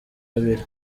babiri